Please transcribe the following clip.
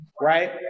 Right